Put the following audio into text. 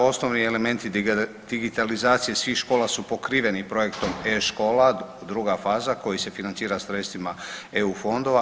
Osnovni elementi digitalizacije svih škola su pokriveni projektom e-škola druga faza koji se financira sredstvima EU fondova.